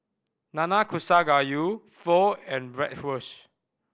Nanakusa Gayu Pho and Bratwurst